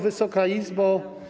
Wysoka Izbo!